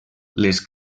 les